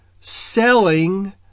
selling